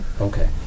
Okay